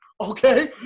Okay